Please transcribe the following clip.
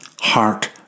heart